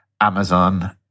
Amazon